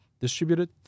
distributed